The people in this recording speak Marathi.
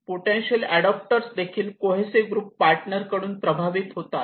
पोटेन्शियल ऍडॉप्टर्स देखील कोहेसिव्ह ग्रुप्स पार्टनर कडून प्रभावित होतात